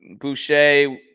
Boucher